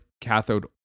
cathode